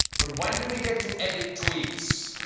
but when do we get to edit tweets?